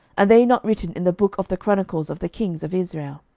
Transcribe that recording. are they not written in the book of the chronicles of the kings of israel?